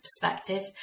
perspective